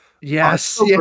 Yes